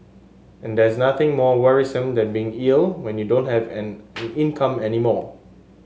and there's nothing more worrisome than being ill when you don't have an income any more